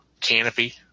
canopy